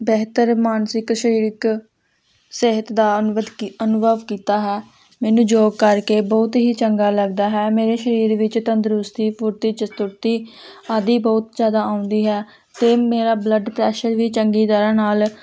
ਬਿਹਤਰ ਮਾਨਸਿਕ ਸਰੀਰਿਕ ਸਿਹਤ ਦਾ ਅਨੁਵਤ ਕੀ ਅਨੁਭਵ ਕੀਤਾ ਹੈ ਮੈਨੂੰ ਜੋਗ ਕਰਕੇ ਬਹੁਤ ਹੀ ਚੰਗਾ ਲੱਗਦਾ ਹੈ ਮੇਰੇ ਸ਼ਰੀਰ ਵਿੱਚ ਤੰਦਰੁਸਤੀ ਫੁਰਤੀ ਚਤੁਰਤੀ ਆਦਿ ਬਹੁਤ ਜ਼ਿਆਦਾ ਆਉਂਦੀ ਹੈ ਅਤੇ ਮੇਰਾ ਬਲੱਡ ਪ੍ਰੈਸ਼ਰ ਵੀ ਚੰਗੀ ਤਰ੍ਹਾਂ ਨਾਲ